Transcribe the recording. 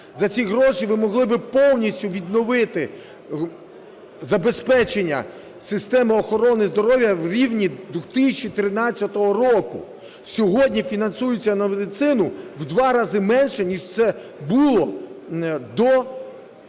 За ці гроші ми могли би повністю відновити забезпечення системи охорони здоров'я в рівні 2013 року. Сьогодні фінансується на медицину в 2 рази менше, ніж це було до